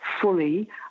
fully